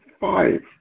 five